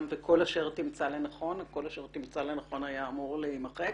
וכל אשר תמצא לנכון "כל אשר תמצא לנכון" אמור היה להימחק